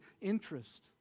interest